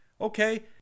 okay